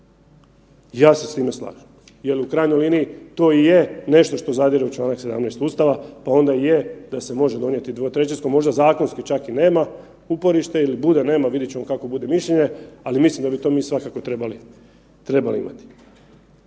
Ja se s time slažem jer u krajnjoj liniji to i je nešto što zadire u čl. 17. Ustava pa onda je da se može donijeti dvotrećinski, možda zakonski čak i nema uporište ili bude, nema, vidjet ćemo kako bude mišljenje, ali mislim da bi mi to svakako trebali imati.